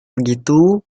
begitu